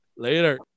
Later